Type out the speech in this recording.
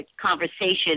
conversation